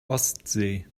ostsee